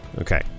Okay